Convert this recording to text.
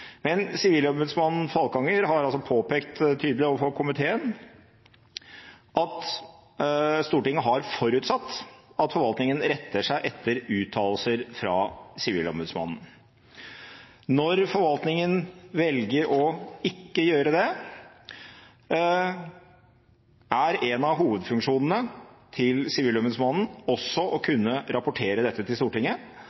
Men sivilombudsmann Falkanger har påpekt tydelig overfor komiteen at Stortinget har forutsatt at forvaltningen retter seg etter uttalelser fra Sivilombudsmannen. Når forvaltningen velger ikke å gjøre det, er en av hovedfunksjonene til Sivilombudsmannen også å